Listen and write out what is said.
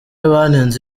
banenze